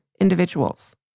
individuals